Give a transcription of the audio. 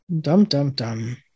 dum-dum-dum